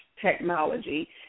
technology